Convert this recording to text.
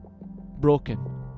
broken